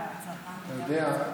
אתה יודע,